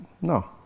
no